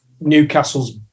Newcastle's